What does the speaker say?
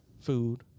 food